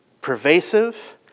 pervasive